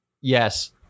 yes